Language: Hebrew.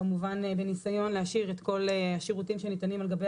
כמובן בניסיון להשאיר את כל השירותים שניתנים על גבי